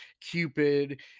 Cupid